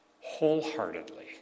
wholeheartedly